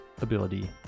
ability